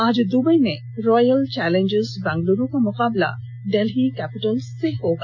आज दुबई में Royal Challengers Bengaluru का मुकाबला डेल्ही कैपिटल्स से होगा